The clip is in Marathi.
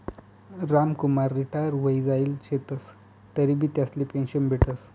रामकुमार रिटायर व्हयी जायेल शेतंस तरीबी त्यासले पेंशन भेटस